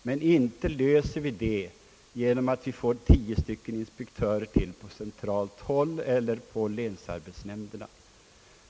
Men inte löser vi den uppgiften genom att få ytterligare tio inspektörer centralt eller på länsarbetsnämnderna.